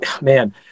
man